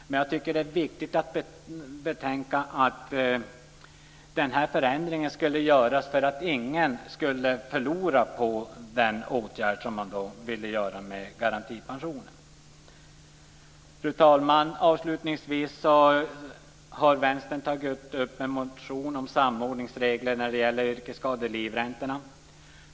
Jag tycker dock att det är viktigt att betänka att den här förändringen skulle genomföras för att ingen skulle förlora på den åtgärd som man ville vidta med garantipensionen. Herr talman! Avslutningsvis har Vänstern tagit upp en motion om samordningsregler när det gäller yrkesskadelivräntorna.